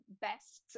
best